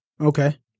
Okay